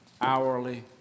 hourly